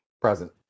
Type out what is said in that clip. present